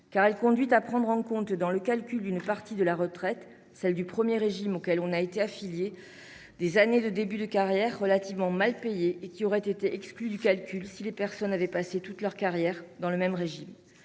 car elle conduit à prendre en compte dans le calcul d'une partie de la retraite- celle du premier régime auquel on a été affilié -des années de début de carrière, relativement mal payées, et qui auraient été exclues du calcul si les personnes avaient passé toute leur carrière dans le même régime